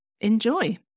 enjoy